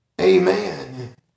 Amen